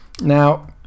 Now